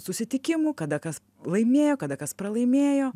susitikimų kada kas laimėjo kada kas pralaimėjo